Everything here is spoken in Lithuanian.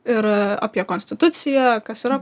ir apie konstitucijoje kas yra